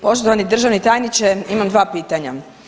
Poštovani državni tajniče, imam 2 pitanja.